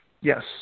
Yes